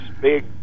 big